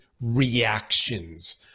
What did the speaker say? reactions